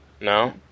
no